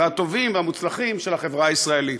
הטובים והמוצלחים של החברה הישראלית.